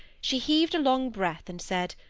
she heaved a long breath, and said,